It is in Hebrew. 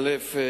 א.